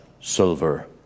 silver